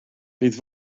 bydd